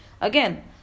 Again